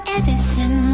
Edison